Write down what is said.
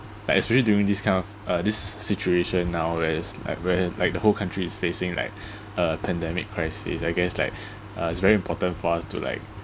like it's really during these kind of uh this situation now where it's like where like the whole country is facing like uh pandemic crisis I guess like uh it's very important for us to like